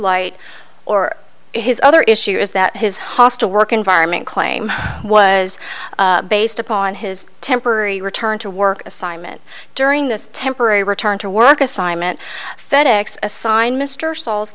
light or his other issue is that his hostile work environment claim was based upon his temporary return to work assignment during this temporary return to work assignment fed ex assigned mr s